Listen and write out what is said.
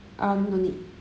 um no need